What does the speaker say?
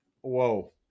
whoa